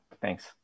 thanks